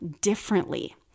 differently